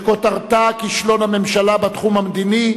שכותרתה: כישלון הממשלה בתחום המדיני,